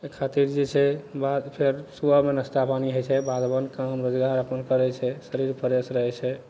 ओइ खातिर जे छै बाधसँ सुबहमे नस्ता पानि होइ छै बाध वनसँ काम रोजगार अपन करय छै शरीर फ्रेश रहय छै